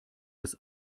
des